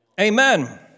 Amen